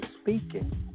speaking